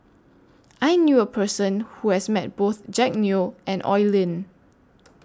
I knew A Person Who has Met Both Jack Neo and Oi Lin